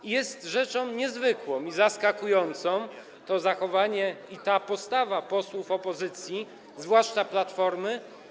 I jest rzeczą niezwykłą i zaskakującą to zachowanie i ta postawa posłów opozycji, zwłaszcza Platformy.